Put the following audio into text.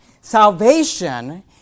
Salvation